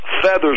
feathers